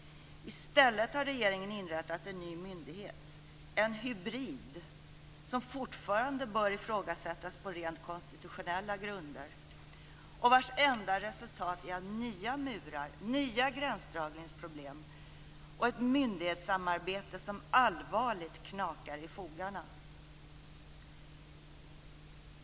I stället har regeringen inrättat en ny myndighet, en hybrid som fortfarande bör ifrågasättas på rent konstitutionella grunder och vars enda resultat är nya murar, nya gränsdragningsproblem och ett myndighetssamarbete som allvarligt knakar i fogarna.